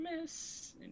Miss